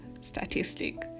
statistic